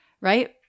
Right